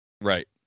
Right